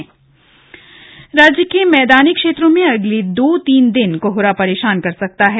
मौसम राज्य के मैदानी क्षेत्रों में अगले दो तीन दिन कोहरा परेशान कर सकता है